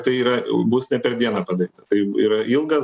tai yra bus ne per dieną padaryta tai yra ilgas